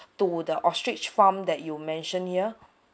to the ostrich farm that you mentioned here